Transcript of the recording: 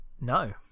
No